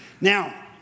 Now